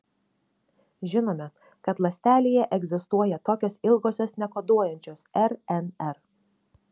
žinome kad ląstelėje egzistuoja tokios ilgosios nekoduojančios rnr